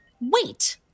Wait